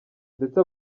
ndetse